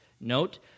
note